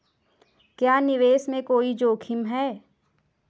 क्या निवेश में कोई जोखिम है?